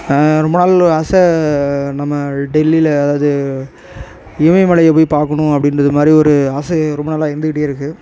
நான் ரொம்ப நாள் ஆசை நம்ம டெல்லியில் அதாவது இமயமலையை போய் பார்க்கணும் அப்படின்றது மாதிரி ஒரு ஆசை ரொம்ப நாளாக இருந்துகிட்டே இருக்குது